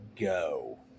go